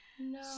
No